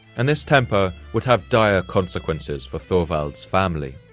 and this temper would have dire consequences for thorvald's family.